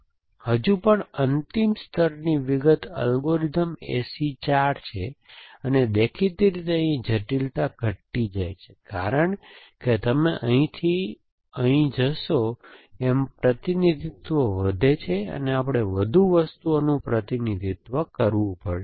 તેથી હજુ પણ અંતિમ સ્તરની વિગત અલ્ગોરિધમ AC 4 છે અને દેખીતી રીતે અહીં જટિલતા ઘટતી જાય છે કારણ કે તમે અહીંથી અહીં જશો એમ પ્રતિનિધિત્વ વધે છે આપણે વધુ વસ્તુઓનું પ્રતિનિધિત્વ કરવું પડશે